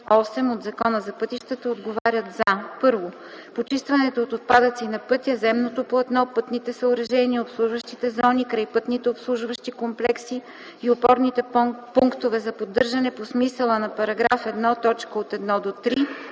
от Закона за пътищата отговарят за: 1. почистването от отпадъци на пътя, земното платно, пътните съоръжения, обслужващите зони, крайпътните обслужващи комплекси и опорните пунктове за поддържане по смисъла на § 1, т.